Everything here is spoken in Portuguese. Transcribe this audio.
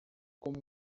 com